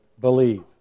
believe